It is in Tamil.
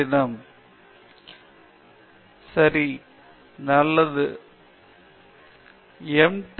பேராசிரியர் பிரதாப் ஹரிதாஸ் சரி நீ நல்லது பற்றி பேசுகிறாய்